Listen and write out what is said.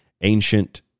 ancient